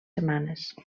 setmanes